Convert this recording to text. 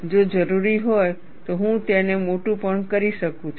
જો જરૂરી હોય તો હું તેને મોટું પણ કરી શકું છું